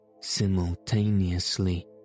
Simultaneously